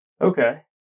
okay